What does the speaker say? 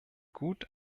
gut